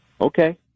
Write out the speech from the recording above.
Okay